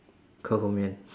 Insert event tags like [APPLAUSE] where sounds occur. ke kou mian [BREATH]